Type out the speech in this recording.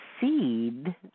seed